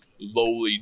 lowly